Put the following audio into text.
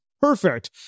perfect